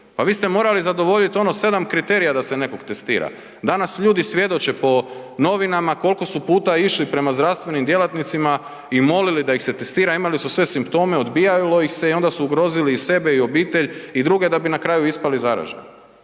Pa vi ste morali zadovoljit ono 7 kriterija da se nekog testira. Danas ljudi svjedoče po novinama kolko su puta išli prema zdravstvenim djelatnicima i molili da ih se testira, imali su sve simptome, odbijalo ih se i onda su ugrozili i sebe i obitelj i druge da bi na kraju ispali zaraženi.